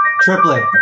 triplet